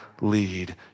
lead